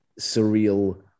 surreal